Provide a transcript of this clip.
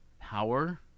power